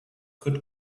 could